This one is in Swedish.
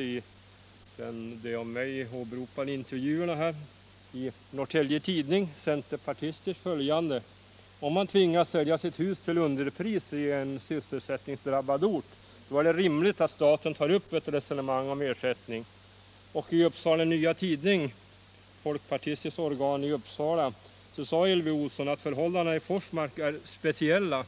I de av mig åberopade intervjuerna sade statsrådet bl.a. följande, enligt den centerpartistiska Norrtelje Tidning: ”Om man tvingas sälja sitt hus till underpris i en sysselsättningsdrabbad ort, då är det rimligt att staten tar upp ett resonemang om ersättning.” I Upsala Nya Tidning, folkpartistiskt organ i Uppsala, heter det: ”Men i Forsmark är förhållandena mera speciella, menar bostadsministern.